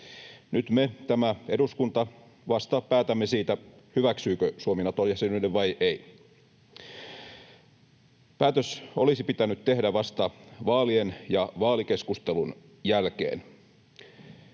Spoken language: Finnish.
Nyt me, tämä eduskunta, vasta päätämme siitä, hyväksyykö Suomi Nato-jäsenyyden vai ei. Päätös olisi pitänyt tehdä vasta vaalien ja vaalikeskustelun jälkeen.